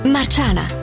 Marciana